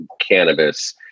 cannabis